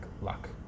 luck